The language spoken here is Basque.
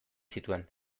zituen